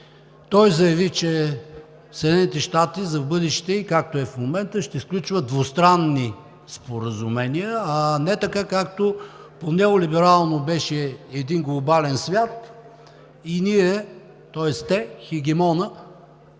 Той заяви, че Съединените щати за в бъдеще, както е в момента, ще сключват двустранни споразумения, а не така, както по неолиберално беше един глобален свят и ние, тоест те – хегемонът,